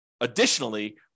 additionally